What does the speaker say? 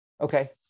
Okay